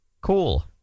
cool